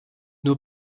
nur